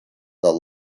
the